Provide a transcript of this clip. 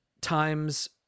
times